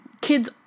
kids